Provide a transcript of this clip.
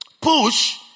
Push